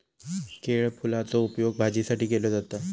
केळफुलाचो उपयोग भाजीसाठी केलो जाता